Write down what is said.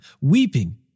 weeping